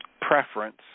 preference